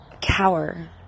cower